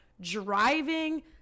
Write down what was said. driving